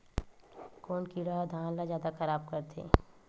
कोन कीड़ा ह धान ल जादा खराब करथे?